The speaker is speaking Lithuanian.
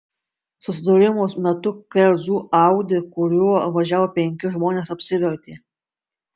susidūrimo metu kerzų audi kuriuo važiavo penki žmonės apsivertė